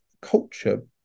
culture